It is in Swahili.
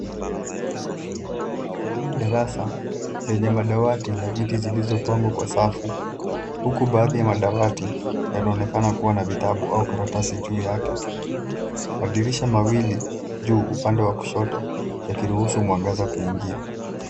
Darasa lenye madawati na viti vilivyopangwa kwa safu huku baadhi ya madawati yanaonekana kuwa na vitabu au karatasi juu yake, madirisha mawili juu upande wa kushoto yakiruhusu mwangaza kuingia.